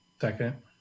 Second